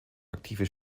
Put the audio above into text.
aktive